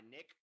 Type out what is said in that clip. Nick